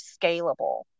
scalable